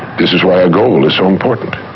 this is why a goal is so important.